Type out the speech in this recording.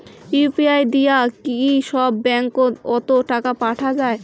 UPI দিয়া কি সব ব্যাংক ওত টাকা পাঠা যায়?